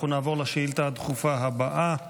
אנחנו נעבור לשאילתה הדחופה הבאה,